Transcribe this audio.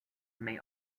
may